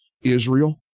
Israel